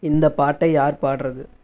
இந்த பாட்டை யார் பாடுறது